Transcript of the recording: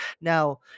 Now